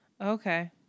Okay